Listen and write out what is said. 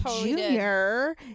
Junior